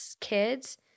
kids